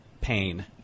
pain